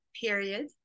period